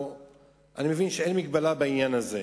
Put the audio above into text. אני מבין שאין מגבלה בעניין הזה.